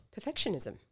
perfectionism